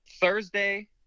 Thursday